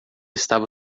estava